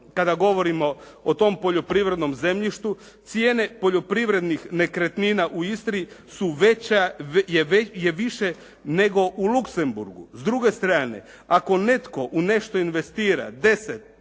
kada govorimo o tom poljoprivrednom zemljištu cijene poljoprivrednih nekretnina u Istri su veća, je više nego u Luksemburgu. S druge strane ako netko u nešto investira 10,